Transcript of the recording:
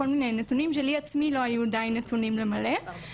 כל מיני נתונים שלי עצמי לא היו עדיין נתונים למלא,